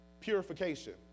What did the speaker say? purification